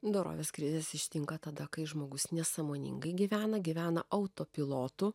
dorovės krizės ištinka tada kai žmogus nesąmoningai gyvena gyvena autopilotu